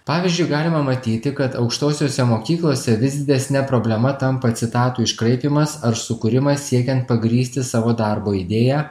pavyzdžiui galima matyti kad aukštosiose mokyklose vis didesne problema tampa citatų iškraipymas ar sukūrimas siekiant pagrįsti savo darbo idėją